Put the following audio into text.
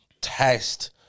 test